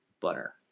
butter